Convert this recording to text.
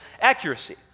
accuracy